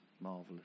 marvelous